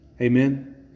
Amen